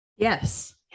Yes